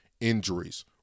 injuries